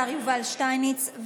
השר יובל שטייניץ.